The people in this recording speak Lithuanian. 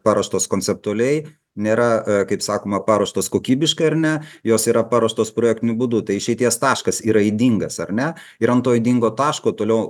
paruoštos konceptualiai nėra kaip sakoma paruoštos kokybiškai ar ne jos yra paruoštos projektiniu būdu tai išeities taškas yra ydingas ar ne ir an to ydingo taško toliau